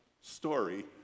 story